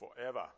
forever